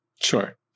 sure